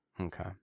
Okay